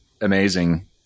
amazing